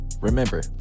Remember